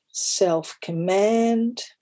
self-command